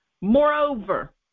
Moreover